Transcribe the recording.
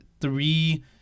three